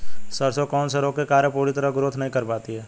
सरसों कौन से रोग के कारण पूरी तरह ग्रोथ नहीं कर पाती है?